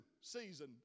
season